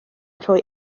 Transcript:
rhoi